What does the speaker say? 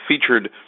featured